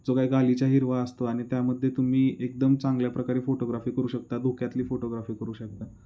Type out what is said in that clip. जो काही गालिचा हिरवा असतो आणि त्यामध्ये तुम्ही एकदम चांगल्या प्रकारे फोटोग्राफी करू शकता धुक्यातली फोटोग्राफी करू शकता